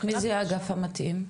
ומי זה האגף המתאים?